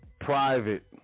private